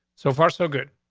so far, so good.